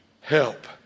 help